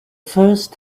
first